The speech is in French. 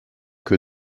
que